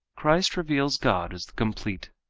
christ reveals god as the complete,